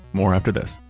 more after this